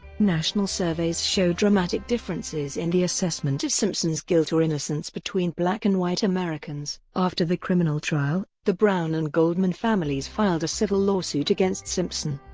national surveys showed dramatic differences in the assessment of simpson's guilt or innocence between black and white americans. after the criminal trial, the brown and goldman families filed a civil lawsuit against simpson.